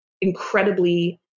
incredibly